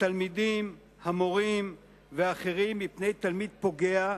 התלמידים, המורים ואחרים מפני תלמיד פוגע,